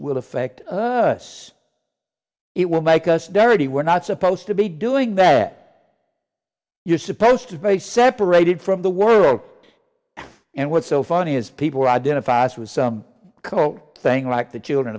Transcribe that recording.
will affect us it will make us very we're not supposed to be doing that you're supposed to be a separated from the world and what's so funny is people identifies with some cold thing like the children